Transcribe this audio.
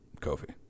Kofi